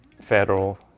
federal